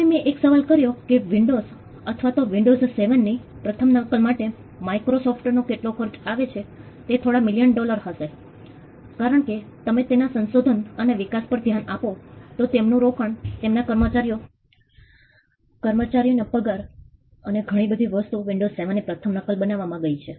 હવે મેં એક સવાલ કર્યો કે વિન્ડોઝ અથવા તો વિન્ડોઝ 7 ની પ્રથમ નકલ માટે માઈક્રોસોફ્ટ ને કેટલો ખર્ચ આવે છે તે થોડા મિલિયન ડોલર હશે કારણ કે તમે તેના સંશોધન અને વિકાસ RD પર ધ્યાન આપો તો તેમનું રોકાણ તેમના કર્મચારીઓના પગાર અને ઘણી બધી વસ્તુઓ વિન્ડોઝ 7 ની પ્રથમ નકલ બનાવવામાં ગઈ હશે